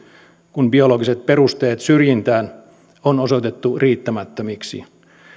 kun biologiset perusteet syrjintään on osoitettu riittämättömiksi